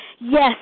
Yes